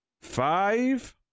five